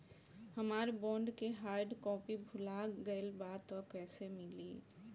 हमार बॉन्ड के hard copy भुला गएलबा त कैसे मिली?